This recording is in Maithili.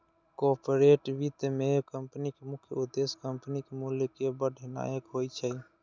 कॉरपोरेट वित्त मे कंपनीक मुख्य उद्देश्य कंपनीक मूल्य कें बढ़ेनाय होइ छै